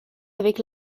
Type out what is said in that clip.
avec